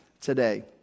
today